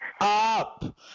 up